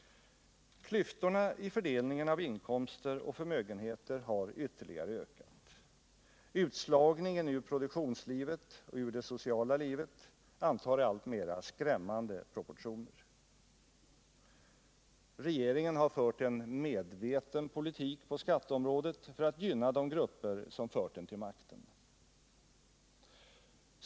Klyftorna i fördelningen av inkomst och förmögenheter har ytterligare ökat. Utslagningen ur produktionslivet och ur det sociala livet antar alltmera skrämmande proportioner. Regeringen har fört en medveten politik på skatteområdet för att gynna de grupper som fört den till makten.